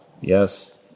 yes